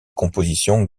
compositions